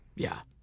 yeah.